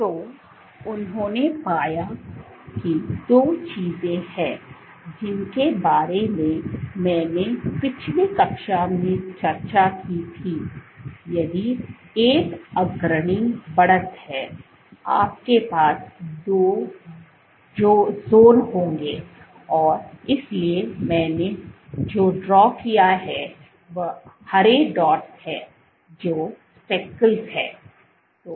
तो उन्होंने पाया दो चीजें हैं जिनके बारे में मैंने पिछली कक्षा में चर्चा की थी यदि यह एक अग्रणी बढ़त है आपके पास दो ज़ोन होंगे और इसलिए मैंने जो ड्रॉ किया है वह हरे डॉट्स हैं जो स्पेकल हैं